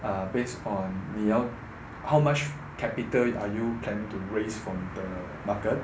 err based on 你要 how much capital are you planning to raise from the market